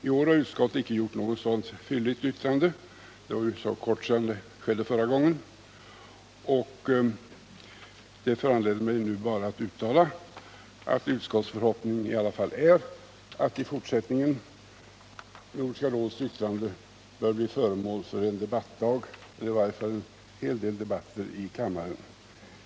I år har utskottet icke gjort något sådant fylligt yttrande — det är ju så kort tid sedan det skedde förra gången. Det föranleder mig nu att bara uttala att utskottets förhoppning i alla fall är att i fortsättningen Nordiska rådets yttrande skall ge upphov till en debattdag, eller i varje fall en stor debatt, i kammaren.